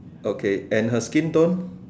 okay and her skin tone